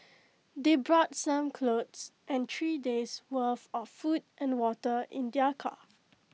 they brought some clothes and three days' worth of food and water in their car